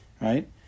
right